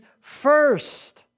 first